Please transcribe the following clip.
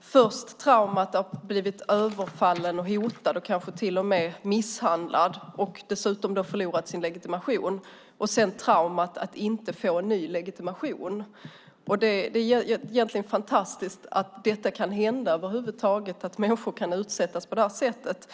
Först har man traumat att ha blivit överfallen och hotad, kanske till och med misshandlad, och förlorat sin legitimation och sedan traumat att inte få ny legitimation. Det är egentligen otroligt att det över huvud taget kan hända, att människor kan utsättas för sådant.